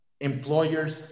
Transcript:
employers